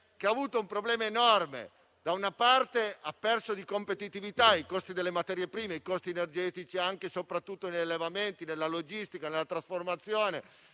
ha avuto un problema enorme: da una parte, ha perso competitività a causa dei costi delle materie prime e dei costi energetici, anche e soprattutto negli allevamenti, nella logistica e nella trasformazione;